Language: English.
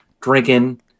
drinking